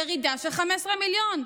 ירידה של 15 מיליון,